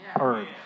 Earth